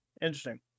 Interesting